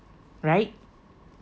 right